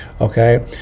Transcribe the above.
okay